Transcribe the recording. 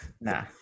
nah